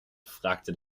fragte